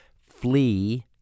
flee